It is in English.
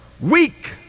weak